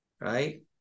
right